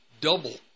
double